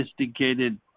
sophisticated